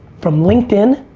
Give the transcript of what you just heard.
from linkedin,